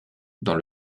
dans